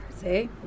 See